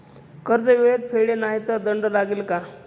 कर्ज वेळेत फेडले नाही तर दंड लागेल का?